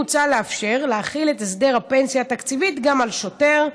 מוצע לאפשר להחיל את הסדר הפנסיה התקציבית גם על שוטר,